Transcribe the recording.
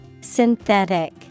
Synthetic